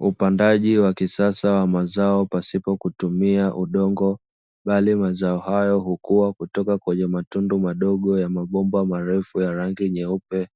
Upandaji wa kisasa wa mazao pasipo kutumia udongo, bali mazao hayo ukua kutoka kwenye matundu madogo ya mabomba marefu yenye rangi nyeupe,